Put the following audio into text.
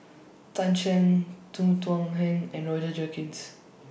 Tan Shen Tan Thuan Heng and Roger Jenkins